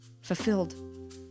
fulfilled